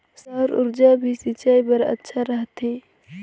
सौर ऊर्जा भी सिंचाई बर अच्छा रहथे?